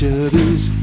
other's